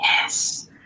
Yes